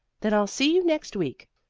then i'll see you next week.